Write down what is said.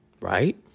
Right